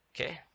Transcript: Okay